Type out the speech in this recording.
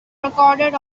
recorded